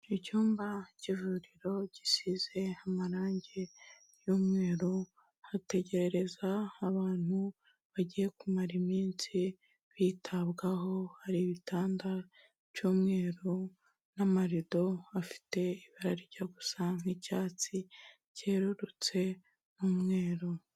Icyumba cy'ivuriro gisize amarange y'umweru hategerereza abantu bagiye kumara iminsi bitabwaho, hari ibitanda by'umweru n'amarido afite ibara rijya gusa nk'icyatsi cyererutse n'umweru.